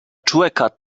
człeka